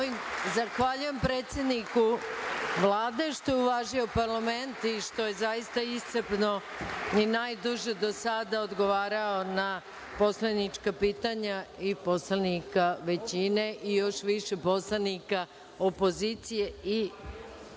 Zahvaljujem predsedniku Vlade što je uvažio parlament i što je zaista iscrpno i najduže do sada odgovarao na poslanička pitanja poslanika većine i još više poslanika opozicije i što